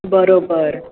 बरोबर